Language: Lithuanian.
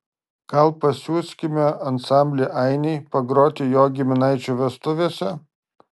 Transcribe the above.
gal pasiųskime ansamblį ainiai pagroti jo giminaičių vestuvėse